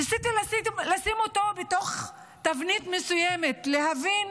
ניסיתי לשים אותו בתוך תבנית מסוימת, להבין